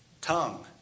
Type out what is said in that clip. Tongue